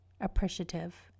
appreciative